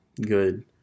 good